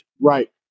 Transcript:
Right